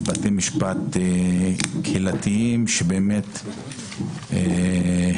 בבתי משפט קהילתיים שבאמת הצליחו,